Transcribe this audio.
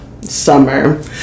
summer